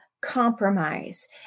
compromise